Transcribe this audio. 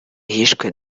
hishwe